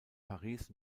paris